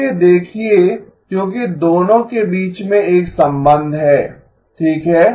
इसे देखिए क्योंकि दोनों के बीच में एक संबंध है ठीक है